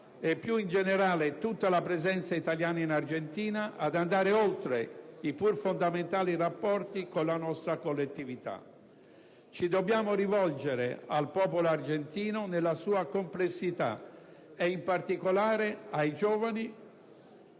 e più in generale tutta la presenza italiana in Argentina ad andare oltre i pur fondamentali rapporti con la nostra collettività. Ci dobbiamo rivolgere al popolo argentino nella sua complessità e in particolare ai giovani